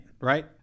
Right